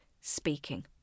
speaking